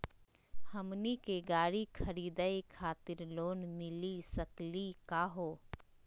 हमनी के गाड़ी खरीदै खातिर लोन मिली सकली का हो?